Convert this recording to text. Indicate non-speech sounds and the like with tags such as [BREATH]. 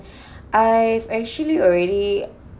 [BREATH] I actually already